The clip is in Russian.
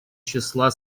числа